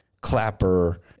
Clapper